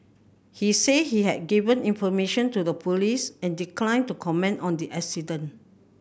he said he had given information to the police and declined to comment on the accident